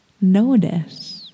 Notice